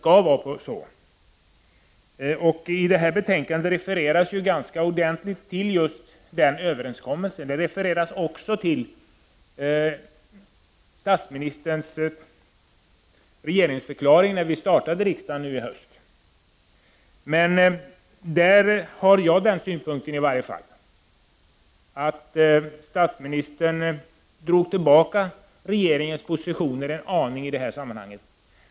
I betänkandet refereras ganska mycket till just den överenskommelsen. Det refereras också till statsministerns regeringsförklaring från i höstas. Jag menar dock att statsministern där drog tillbaka regeringens = Prot. 1989/90:31 positioner i detta sammanhang.